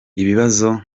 ibibazo